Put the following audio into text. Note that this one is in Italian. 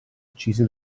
uccisi